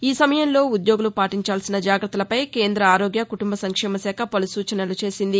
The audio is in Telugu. ఈ సమయంలో ఉద్యోగులు పాటించాల్సిన జాగ్రత్తలపై కేంద్ర ఆరోగ్య కుటుంబసంక్షేమ శాఖ పలు సూచనలు చేసింది